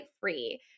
free